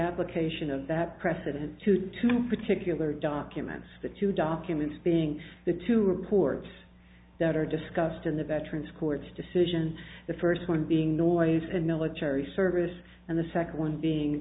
application of that precedent to two particular documents the two documents being the two reports that are discussed in the veterans court's decision the first one being noise and military service and the second one being